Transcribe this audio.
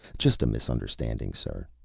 just a misunderstanding, sir.